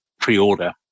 pre-order